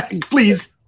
Please